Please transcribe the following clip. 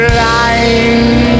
line